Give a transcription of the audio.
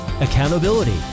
accountability